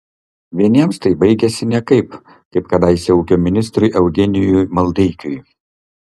vieniems tai baigiasi nekaip kaip kadaise ūkio ministrui eugenijui maldeikiui